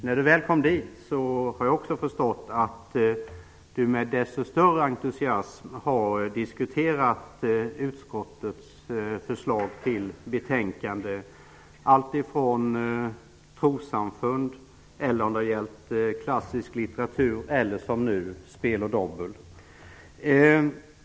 När du väl kom dit har jag också förstått att du med desto större entusiasm har diskuterat utskottets förslag till betänkanden, alltifrån trossamfund till klassisk litteratur eller som nu spel och dobbel.